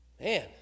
Man